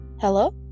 Hello